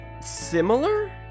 similar